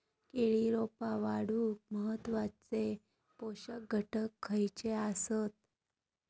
केळी रोपा वाढूक महत्वाचे पोषक घटक खयचे आसत?